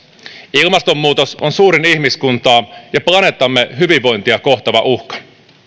ilmastonmuutos on suurin ihmiskuntaa ja planeettamme hyvinvointia kohtaava uhka